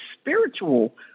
spiritual